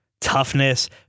toughness